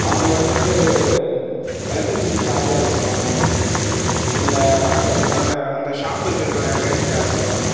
அவங்கள வந்துட்டு எலக்ட்ரிசிட்டி சார்ஜாக இருக்கட்டும் இல்லை அந்த அந்த அந்த ஷாப் இருக்கிறதுக்கான ரெண்ட்டாக இருக்கட்டும்